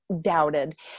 doubted